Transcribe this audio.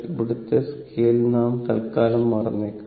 ഇവിടെത്തെ സ്കെയിൽ നാം തത്ക്കാലം മറന്നേക്കുക